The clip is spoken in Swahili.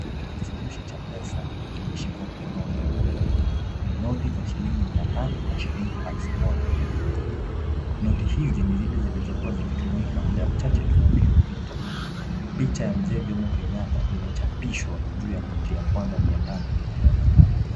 Kifurushi cha pesa kimeshikwa mkononi. Ni noti za shilingi mia tano na shilingi alfu moja. Noti hizi ni zile zilizokuwa zikitumika muda mchache tu uliopita. Picha ya mzee Jomo Kenyatta imechapishwa juu ya noti ya kwanza mia tano inayoonekana.